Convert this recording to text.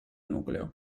nucleo